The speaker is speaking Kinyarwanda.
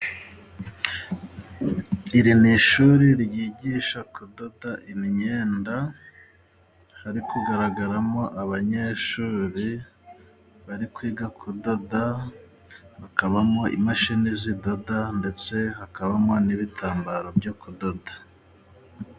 Iri ni ishuri ryigisha kudoda imyenda. Hari kugaragaramo abanyeshuri bari kwiga kudoda, hakabamo imashini zidoda ndetse hakabamo n'ibitambaro byo kudoda.